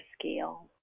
scale